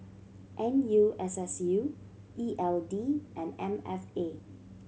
N U S S U E L D and M F A